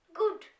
good